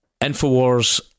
Infowars